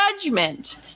judgment